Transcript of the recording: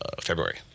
February